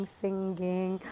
singing